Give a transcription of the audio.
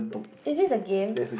is this a game